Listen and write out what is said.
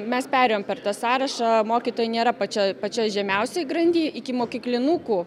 mes perėjom per tą sąrašą mokytojai nėra pačia pačioj žemiausioj grandy ikimokyklinukų